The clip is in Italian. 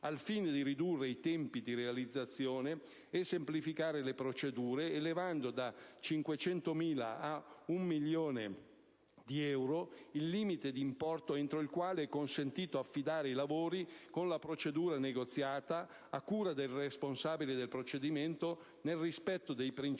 al fine di ridurre i tempi di realizzazione e semplificare le procedure, elevando da 500.000 a 1 milione di euro il limite di importo entro il quale è consentito affidare i lavori con la procedura negoziata a cura del responsabile del procedimento, nel rispetto dei principi